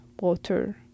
water